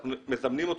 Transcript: אנחנו מזמנים אותו,